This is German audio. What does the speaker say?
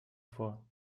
vor